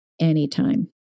anytime